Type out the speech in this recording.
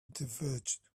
divulge